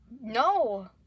No